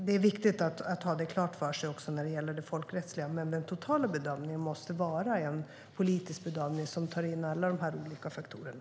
Det är viktigt att ha det klart för sig när det gäller det folkrättsliga, men den totala bedömningen måste vara en politisk bedömning som tar in alla de här olika faktorerna.